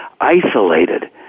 isolated